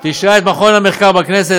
זה תשאל את מכון המחקר בכנסת,